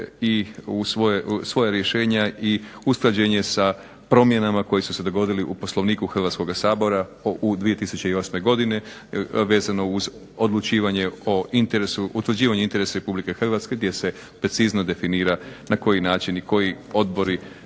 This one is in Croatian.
u svoja rješenja i usklađenje sa promjenama koje su se dogodile u Poslovniku Hrvatskoga sabora 2008. godine vezano uz utvrđivanje interesa Republike Hrvatske gdje se precizno definira na koji način i koji odbori